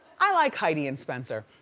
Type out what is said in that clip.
i like heidi and spencer.